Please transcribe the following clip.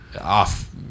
off